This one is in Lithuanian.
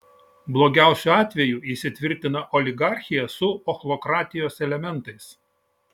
blogiausiu atveju įsitvirtina oligarchija su ochlokratijos elementais